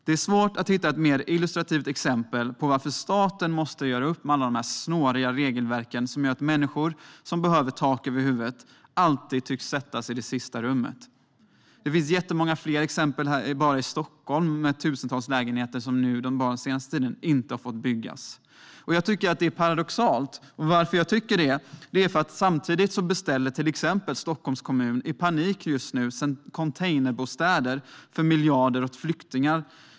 Det är svårt att hitta ett mer illustrativt exempel på varför staten måste göra upp med alla de snåriga regelverk som gör att människor som behöver tak över huvudet alltid tycks sättas i sista rummet. Det finns jättemånga fler exempel bara i Stockholm med tusentals lägenheter som den senaste tiden inte har fått byggas. Jag tycker att det är paradoxalt, för samtidigt beställer till exempel Stockholms kommun just nu i panik containerbostäder för miljarder åt flyktingar.